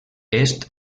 est